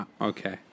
Okay